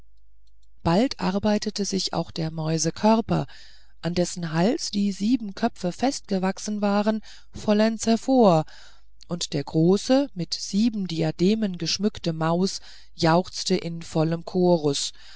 bald arbeitete sich auch der mäusekörper an dessen hals die sieben köpfe angewachsen waren vollends hervor und der großen mit sieben diademen geschmückten maus jauchzte in vollem chorus